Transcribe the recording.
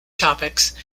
topics